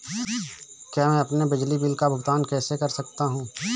मैं अपने बिजली बिल का भुगतान कैसे कर सकता हूँ?